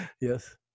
Yes